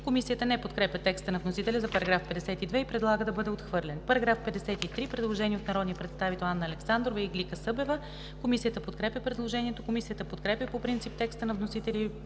Комисията не подкрепя текста на вносителя за § 52 и предлага да бъде отхвърлен. По § 53 има предложение от народните представители Анна Александрова и Иглика Иванова-Събева. Комисията подкрепя предложението. Комисията подкрепя по принцип текста на вносителя